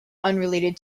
unrelated